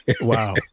wow